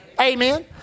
Amen